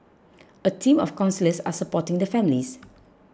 a team of counsellors are supporting the families